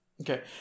Okay